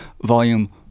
Volume